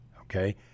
okay